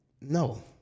No